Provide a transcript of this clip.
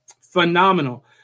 Phenomenal